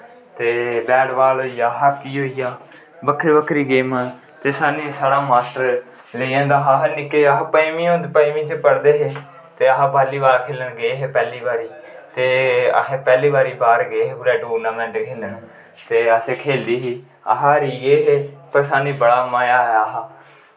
ते bat ball होई गेआ हॉकी होई गेआ बक्खरी बक्खरी गेमां ते सानूं साढ़ा मास्टर लेई जंदा हा अस निक्के होंदे अस पं'जमी होंदे पं'जमी च पढ़दे हे ते अस बॉल्ली बॉल खेलन गे हे पैह्ली बारी ते अस पैह्ली बारी बाह्र गे हे कुतै टूर्नैमैंट खेलन ते असें खेली ही अस हारी गे हे पर सानूं बड़ा मज़ा आया हा